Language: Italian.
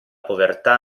povertà